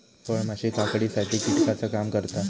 फळमाशी काकडीसाठी कीटकाचा काम करता